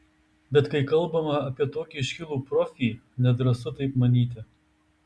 bet kai kalbame apie tokį iškilų profį nedrąsu taip manyti